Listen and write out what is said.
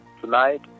tonight